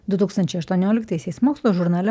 du tūkstančiai aštuonioliktaisiais mokslo žurnale